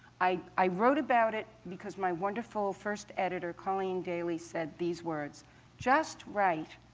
i i wrote about it because my wonderful first editor, colleen daly, said these words just write.